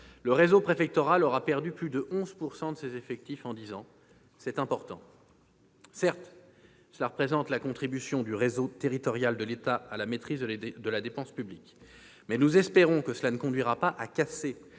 le réseau préfectoral aura perdu plus de 11 % de ses effectifs en dix ans ; c'est important.